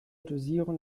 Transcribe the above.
dosierung